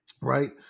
right